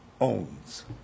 owns